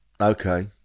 Okay